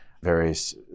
various